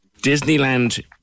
disneyland